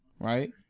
right